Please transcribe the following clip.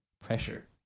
Pressure